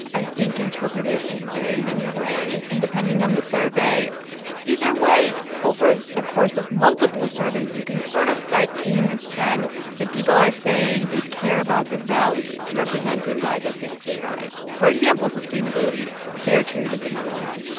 i think, interpret it in very many ways, and depending on the survey either way, over a course of multiple surveys, you can sort of start seeing this trend that people are saying they care about the values represented by the things they buy. for example, sustainability fair trade is another one.